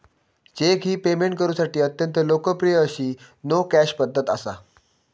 check ही payment करुसाठी अत्यंत लोकप्रिय अशी नो कॅश पध्दत असा